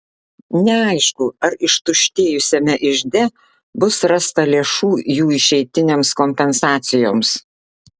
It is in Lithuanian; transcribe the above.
neaišku ar ištuštėjusiame ižde bus rasta lėšų jų išeitinėms kompensacijoms